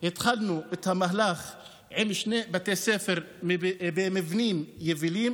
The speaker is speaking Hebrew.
התחלנו את המהלך עם שני בתי ספר במבנים יבילים,